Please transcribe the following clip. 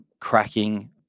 cracking